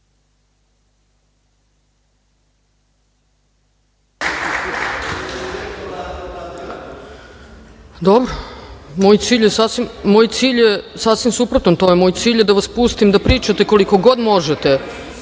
Moj cilj je sasvim suprotan. Moj je cilj da vas pustim da pričate koliko god možete,